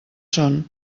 són